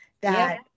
that-